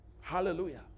Hallelujah